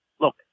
Look